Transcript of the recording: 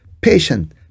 patient